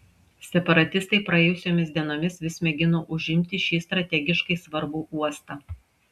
separatistai praėjusiomis dienomis vis mėgino užimti šį strategiškai svarbų uostą